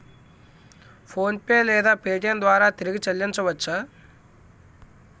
PhonePe లేదా Paytm ద్వారా తిరిగి చల్లించవచ్చ?